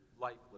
lifeless